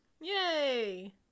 Yay